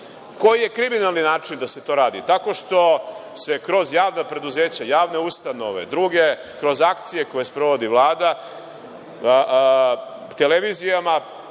je kriminalni način da se to radi? Tako što se kroz javna preduzeća, javne ustanove, kroz akcije koje sprovodi Vlada, televizijama